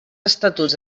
estatuts